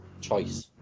choice